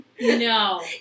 no